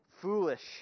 foolish